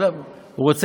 זו הפקודה.